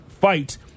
fight